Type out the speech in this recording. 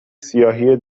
سیاهی